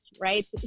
Right